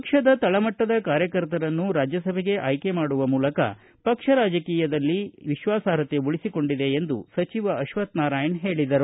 ಪಕ್ಷದ ತಳಮಟ್ಟದ ಕಾರ್ಯಕರ್ತರನ್ನು ರಾಜ್ಯಸಭೆಗೆ ಆಯ್ಕೆ ಮಾಡುವ ಮೂಲಕ ಪಕ್ಷ ರಾಜಕೀಯದಲ್ಲಿ ವಿಶ್ವಾಸಾರ್ಪತೆ ಉಳಿಸಿಕೊಂಡಿದೆ ಎಂದು ಸಚಿವ ಅಶ್ವತ್ಥನಾರಾಯಣ ಹೇಳಿದರು